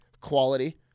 quality